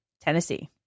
Tennessee